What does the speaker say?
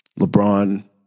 LeBron